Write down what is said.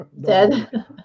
dead